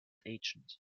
agent